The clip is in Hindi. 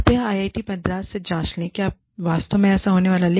कृपया आईआईटी मद्रास से जांच लें कि क्या वास्तव में ऐसा होने जा रहा है